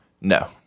no